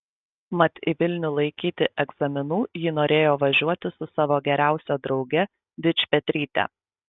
mat į vilnių laikyti egzaminų ji norėjo važiuoti su savo geriausia drauge dičpetryte